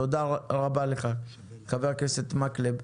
תודה רבה לך, חבר הכנסת מקלב.